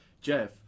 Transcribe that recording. Jeff